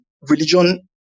religion